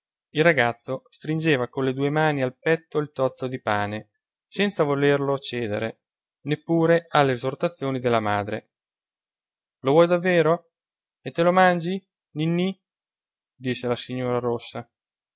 il ragazzo stringeva con le due mani al petto il tozzo di pane senza volerlo cedere neppure alle esortazioni della madre lo vuoi davvero e te lo mangi ninnì disse la signora rossa